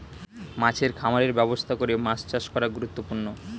মাছের খামারের ব্যবস্থা করে মাছ চাষ করা গুরুত্বপূর্ণ